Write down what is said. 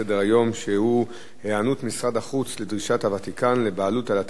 היענות משרד החוץ לדרישת הוותיקן לבעלות על אתרים קדושים בירושלים,